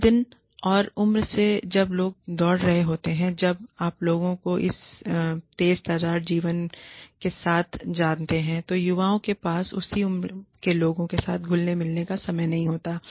इस दिन और उम्र में जब लोग दौड़ रहे होते हैं जब आप लोगों को इस तेज तर्रार जीवन के साथ जानते हैं तो युवाओं के पास उसी उम्र के लोगों के साथ घुलने मिलने का समय नहीं होता है